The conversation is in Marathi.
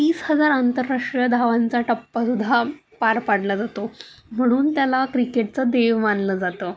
तीस हजार आंतरराष्ट्रीय धावांचा टप्पासुद्धा पार पाडला जातो म्हणून त्याला क्रिकेटचं देव मानलं जातं